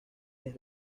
les